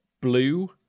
blue